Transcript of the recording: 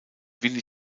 willy